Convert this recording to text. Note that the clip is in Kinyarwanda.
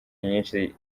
nyinshi